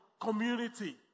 community